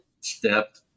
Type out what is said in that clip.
step